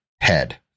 head